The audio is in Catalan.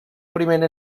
primera